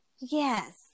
Yes